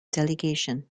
delegation